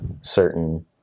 certain